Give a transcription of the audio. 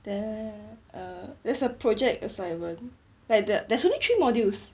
then err there's a project assignment like the there's only three modules